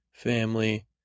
family